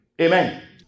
Amen